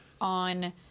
on